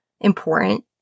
important